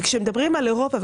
כשמדברים על אירופה,